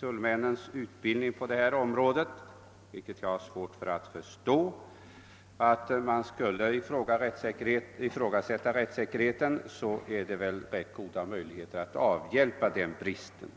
tullmännens utbildning på detta område — vilket jag har svårt att förstå — och att rättssäker heten skulle sättas i fara, finns det väl ändå rätt goda möjligheter att avhjälpa den bristen.